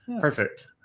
perfect